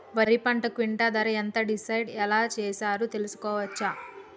వరి పంటకు క్వింటా ధర ఎంత డిసైడ్ ఎలా చేశారు తెలుసుకోవచ్చా?